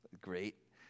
great